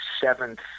seventh